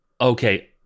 Okay